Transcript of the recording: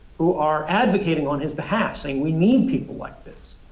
who are advocating on his behalf, saying we need people like this.